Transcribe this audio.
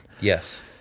Yes